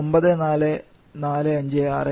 15 kJkg s1 sg|PE 0